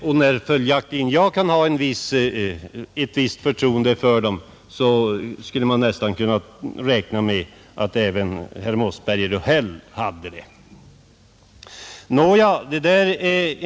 Och när följaktligen jag kan ha ett visst förtroende för lantbruksnämnden skulle man nästan kunna räkna med att även herrar Mossberger och Häll hade det.